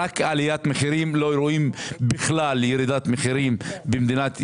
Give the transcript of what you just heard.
אתה לא רואה בכלל ירידת מחירים במדינת ישראל.